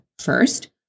First